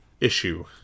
issue